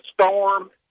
storm